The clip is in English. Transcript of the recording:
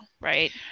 right